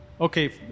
Okay